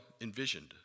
envisioned